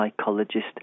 psychologist